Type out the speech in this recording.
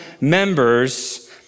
members